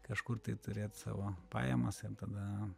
kažkur tai turėt savo pajamas ir tada